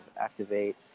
activate